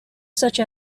such